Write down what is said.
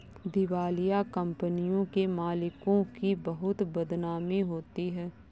दिवालिया कंपनियों के मालिकों की बहुत बदनामी होती है